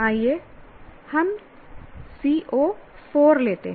आइए हम CO 4 लेते हैं